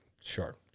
sure